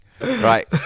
Right